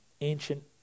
ancient